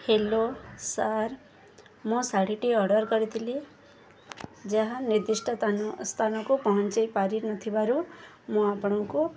hello sir ମୋ ଶାଢ଼ୀଟି order କରିଥିଲି ଯାହା ନିର୍ଦ୍ଦିଷ୍ଟ ସ୍ଥାନକୁ ପହଞ୍ଚେଇ ପାରିନଥିବାରୁ ମୁଁ ଆପଣଙ୍କୁ